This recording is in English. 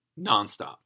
nonstop